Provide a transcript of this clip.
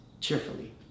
cheerfully